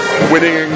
winning